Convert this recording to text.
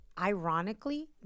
Ironically